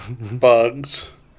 bugs